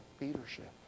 leadership